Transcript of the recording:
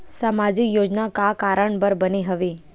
सामाजिक योजना का कारण बर बने हवे?